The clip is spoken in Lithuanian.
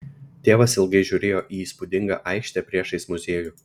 tėvas ilgai žiūrėjo į įspūdingą aikštę priešais muziejų